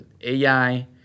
AI